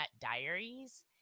Diaries